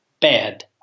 bad